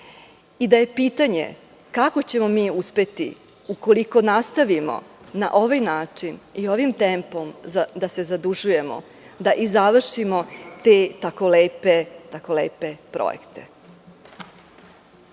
i da je pitanje kako ćemo uspeti, ukoliko nastavimo na ovaj način i ovim tempom da se zadužujemo, da završimo te tako lepe projekte.